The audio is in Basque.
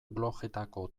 blogetako